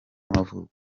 y’amavuko